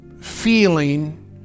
feeling